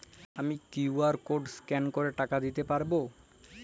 আমি QR code scan করে টাকা দিতে পারবো?